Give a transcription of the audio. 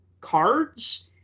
cards